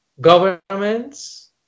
governments